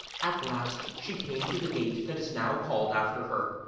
at last she came to the gate that is now called after her,